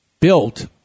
built